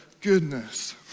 goodness